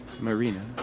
Marina